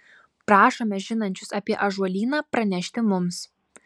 prašome žinančius apie ąžuolyną pranešti mums